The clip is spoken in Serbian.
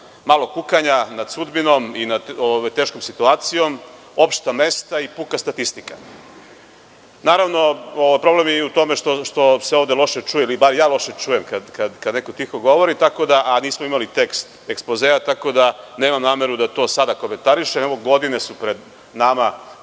malo kukanja nad sudbinom i nad teškom situacijom, opšta mesta i puka statistika. Naravno, problem je i u tome što se ovde loše čuje, bar ja loše čujem, kada neko tiho govori, a nismo imali tekst ekspozea, tako da nemam nameru da to sada komentarišem. Evo, godine su pred nama